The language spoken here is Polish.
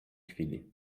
chwili